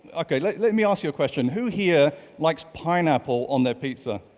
okay, let let me ask you a question. who here likes pineapple on their pizza?